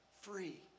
Free